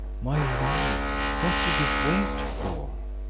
my lord, what do you wait for?